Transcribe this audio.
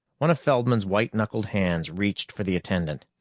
one of feldman's white-knuckled hands reached for the attendant.